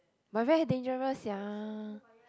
but very dangerous sia